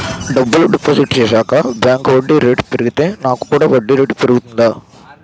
డబ్బులు డిపాజిట్ చేశాక బ్యాంక్ వడ్డీ రేటు పెరిగితే నాకు కూడా వడ్డీ రేటు పెరుగుతుందా?